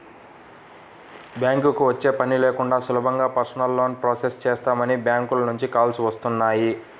బ్యాంకుకి వచ్చే పని లేకుండా సులభంగా పర్సనల్ లోన్ ప్రాసెస్ చేస్తామని బ్యాంకుల నుంచి కాల్స్ వస్తున్నాయి